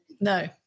No